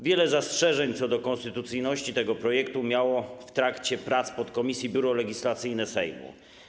Wiele zastrzeżeń co do konstytucyjności tego projektu miało w trakcie prac podkomisji Biuro Legislacyjne Sejmu.